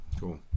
Cool